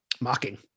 mocking